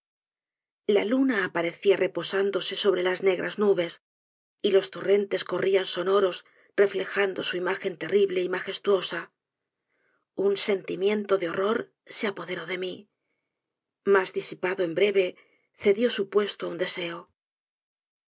la luna aparecía reposándose sobre las negras nubes y los torrentes corrían sonoros reflejando su imagen terrible y magestuosa un sentimiento de horror se apoderó de mí mas disipado en breve cedió su puesto á un deseo